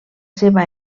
seva